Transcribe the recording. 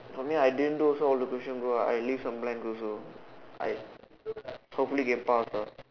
for me I didn't do also all the questions bro I leave some blanks also I hopefully can pass ah